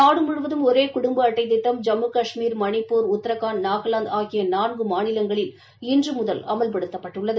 நாடு முழுவதும் ஒரே குடும்ப அட்டை திட்டம் ஜம்மு கஷ்மீர் மணிப்பூர் உத்ரகாண்ட் நாகலாந்து ஆகிய நான்கு மாநிலங்களில் இன்று முதல் அமல்படுத்தப்பட்டுள்ளது